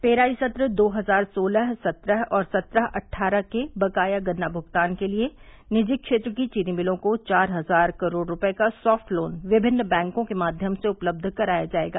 पेराई संत्र दो हजार सोलह सत्रह और सत्रह अट्ठारह के बकाया गन्ना भुगतान के लिए निजी क्षेत्र की चीनी मिलों को चार हजार करोड़ रूपये का साफ्ट लोन विभिन्न बैंकों के माव्यम से उपलब्ध कराया जायेगा